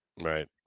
right